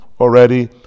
already